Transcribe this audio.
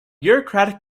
bureaucratic